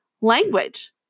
language